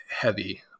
heavy